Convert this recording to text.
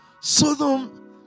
Sodom